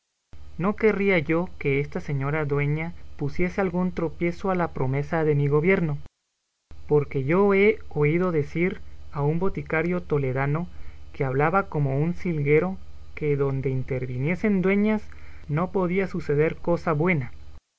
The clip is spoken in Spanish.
no querría yo que esta señora dueña pusiese algún tropiezo a la promesa de mi gobierno porque yo he oído decir a un boticario toledano que hablaba como un silguero que donde interviniesen dueñas no podía suceder cosa buena